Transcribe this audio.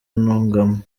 ntungamo